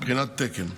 מבחינת תקן.